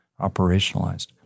operationalized